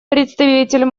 представитель